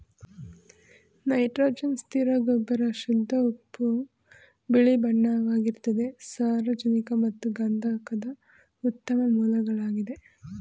nitrogen ಸ್ಥಿರ ಗೊಬ್ಬರ ಶುದ್ಧ ಉಪ್ಪು ಬಿಳಿಬಣ್ಣವಾಗಿರ್ತದೆ ಸಾರಜನಕ ಮತ್ತು ಗಂಧಕದ ಉತ್ತಮ ಮೂಲಗಳಾಗಿದೆ